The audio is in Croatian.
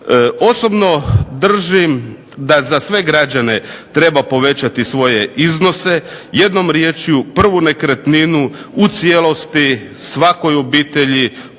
Osobno držim da za sve građane treba povećati svoje iznose, jednom rječju prvu nekretninu u cijelosti svakoj obitelji,